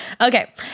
Okay